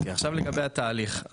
לגבי התהליך,